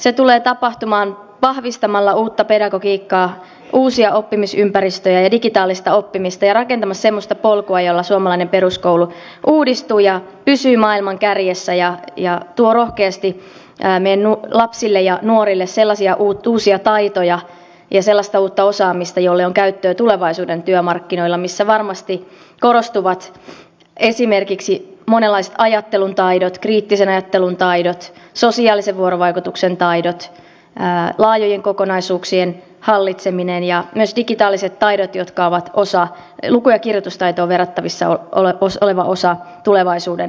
se tulee tapahtumaan vahvistamalla uutta pedagogiikkaa uusia oppimisympäristöjä ja digitaalista oppimista ja rakentamalla semmoista polkua jolla suomalainen peruskoulu uudistuu ja pysyy maailman kärjessä ja tuo rohkeasti meidän lapsillemme ja nuorillemme sellaisia uusia taitoja ja sellaista uutta osaamista jolle on käyttöä tulevaisuuden työmarkkinoilla missä varmasti korostuvat esimerkiksi monenlaiset ajattelun taidot kriittisen ajattelun taidot sosiaalisen vuorovaikutuksen taidot laajojen kokonaisuuksien hallitseminen ja myös digitaaliset taidot jotka ovat luku ja kirjoitustaitoon verrattavissa oleva osa tulevaisuuden yleissivistystä